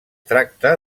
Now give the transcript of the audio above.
tracta